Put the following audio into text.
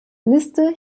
liste